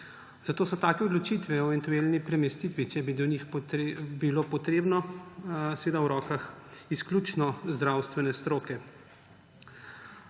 Zato so take odločitve o eventualni premestitvi, če bi bile potrebne, seveda v rokah izključno zdravstvene stroke.